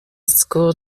school